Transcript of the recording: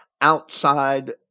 outside